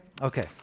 Okay